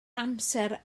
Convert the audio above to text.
amser